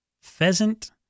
pheasant